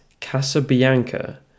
Casabianca